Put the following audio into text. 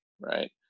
right